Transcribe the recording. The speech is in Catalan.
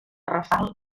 rafal